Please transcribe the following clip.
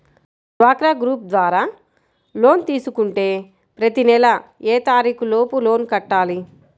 డ్వాక్రా గ్రూప్ ద్వారా లోన్ తీసుకుంటే ప్రతి నెల ఏ తారీకు లోపు లోన్ కట్టాలి?